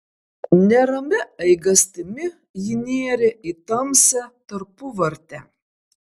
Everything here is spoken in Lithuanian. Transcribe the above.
neramia eigastimi ji nėrė į tamsią tarpuvartę